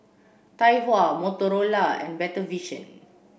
Tai Hua Motorola and Better Vision